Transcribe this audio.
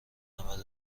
نود